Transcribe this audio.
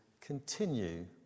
continue